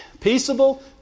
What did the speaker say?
Peaceable